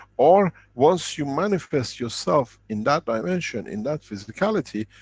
or, once you manifest yourself in that dimension, in that physicality,